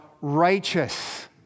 righteous